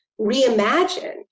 reimagine